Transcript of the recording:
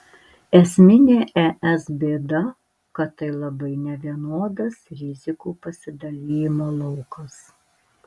esminė es bėda kad tai labai nevienodas rizikų pasidalijimo laukas